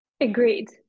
Agreed